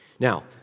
Now